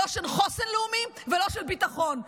לא לחוסן לאומי ולא לביטחון.